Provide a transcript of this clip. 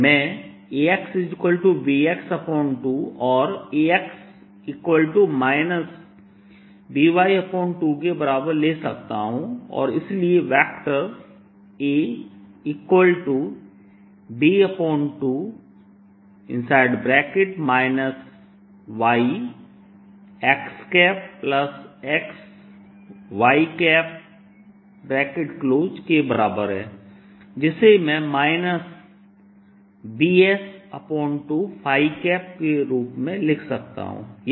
मैं AyBx2 और Ax By2 के बराबर ले सकता हूं और इसलिए वेक्टरAB2 yxxy के बराबर है जिसे मैं Bs2 के रूप में लिख सकता हूँ